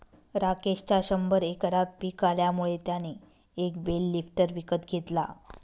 राकेशच्या शंभर एकरात पिक आल्यामुळे त्याने एक बेल लिफ्टर विकत घेतला